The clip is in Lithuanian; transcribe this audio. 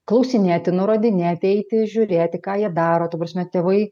klausinėti nurodinėti eiti žiūrėti ką jie daro ta prasme tėvai